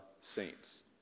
saints